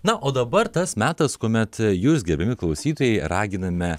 na o dabar tas metas kuomet jūs gerbiami klausytojai raginame